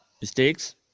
mistakes